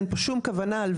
אין פה שום כוונה אחרת,